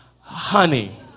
honey